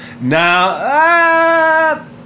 Now